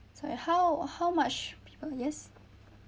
sorry how how much people yes